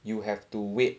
you have to wait